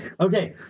Okay